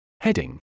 Heading